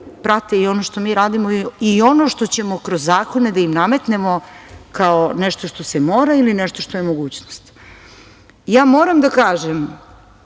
prate i ono što mi radimo i ono što ćemo kroz zakone da im nametnemo kao nešto što se mora ili nešto što je mogućnost. Moram da kažem,